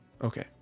Okay